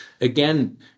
again